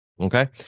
okay